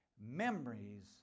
memories